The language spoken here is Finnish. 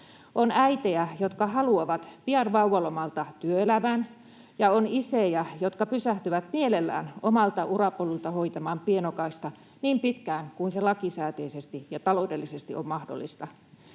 On äitejä, jotka haluavat pian vauvalomalta työelämään, ja on isiä, jotka pysähtyvät mielellään omalta urapolulta hoitamaan pienokaista niin pitkään kuin se lakisääteisesti ja taloudellisesti on mahdollista.